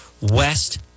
West